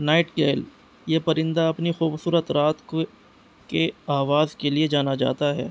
night گل یہ پرندہ اپنی خوبصورت رات کو کے آواز کے لیے جانا جاتا ہے